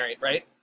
right